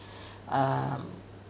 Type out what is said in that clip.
um